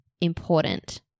important